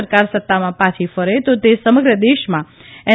સરકાર સત્તામાં પાછી ફરે તો તે સમગ્ર દેશમાં એન